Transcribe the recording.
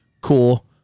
Cool